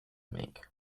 make